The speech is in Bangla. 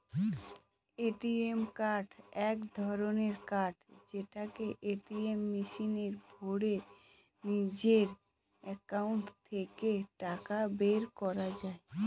এ.টি.এম কার্ড এক ধরনের কার্ড যেটাকে এটিএম মেশিনে ভোরে নিজের একাউন্ট থেকে টাকা বের করা যায়